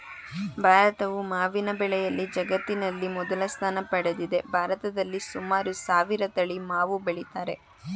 ಭಾರತವು ಮಾವಿನ ಬೆಳೆಯಲ್ಲಿ ಜಗತ್ತಿನಲ್ಲಿ ಮೊದಲ ಸ್ಥಾನ ಪಡೆದಿದೆ ಭಾರತದಲ್ಲಿ ಸುಮಾರು ಸಾವಿರ ತಳಿ ಮಾವು ಬೆಳಿತಾರೆ